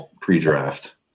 pre-draft